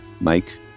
Mike